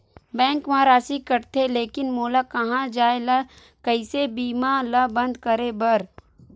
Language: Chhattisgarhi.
बैंक मा राशि कटथे लेकिन मोला कहां जाय ला कइसे बीमा ला बंद करे बार?